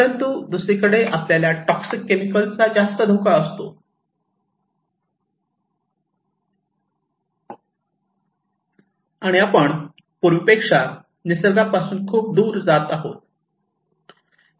परंतु दुसरीकडे आपल्याला टॉक्सिक केमिकल चा जास्त धोका असतो आणि आपण पूर्वीपेक्षा निसर्गापासून खूप दूर आहोत